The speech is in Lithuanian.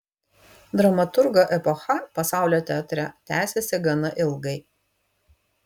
dramaturgo epocha pasaulio teatre tęsėsi gana ilgai